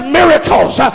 miracles